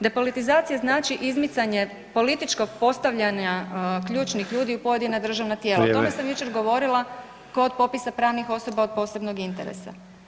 Depolitizacija znači izmicanje političkog postavljanja ključnih ljudi u pojedina državna tijela [[Upadica: Vrijeme.]] o tome sam jučer govorila kod popisa pravnih osoba od posebnog interesa.